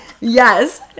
Yes